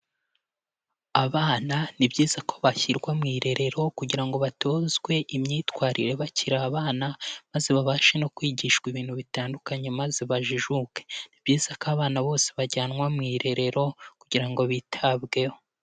Abana ni byiza ko bashyirwa mu irerero kugira ngo batozwe imyitwarire bakiri abana, maze babashe no kwigishwa ibintu bitandukanye maze bajijuke. Ni byiza ko abana bose bajyanwa mu irerero kugira ngo bitabweho.